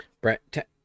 brett